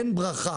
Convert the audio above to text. אין ברכה